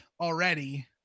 already